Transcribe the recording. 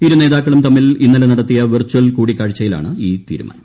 ഇരുനേതാക്കളും തമ്മിൽ ഇന്നലെ നടത്തിയ വെർച്ചൽ കൂടിക്കാഴ്ചയിലാണ് ഈ തീരുമാനം